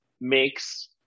makes